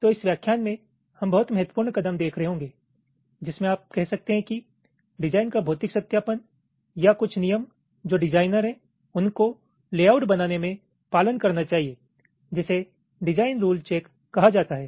तो इस व्याख्यान में हम बहुत महत्वपूर्ण कदम देख रहे होंगे जिसमें आप कह सकते हैं कि डिज़ाइन का भौतिक सत्यापन या कुछ नियम जो डिजाइनर हैं उनको लेआउट बनाने में पालन करना चाहिए जिसे डिजाइन रूल चेक कहा जाता है